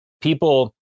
people